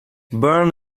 born